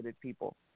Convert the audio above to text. people